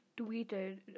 tweeted